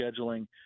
scheduling